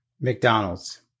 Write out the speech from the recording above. McDonald's